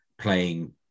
playing